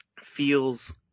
feels